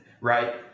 right